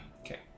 okay